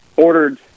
ordered